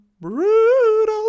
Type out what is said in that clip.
brutal